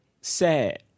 sad